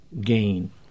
gain